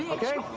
um okay,